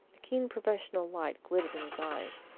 a keen professional light glittered in his eyes.